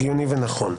הגיוני ונכון.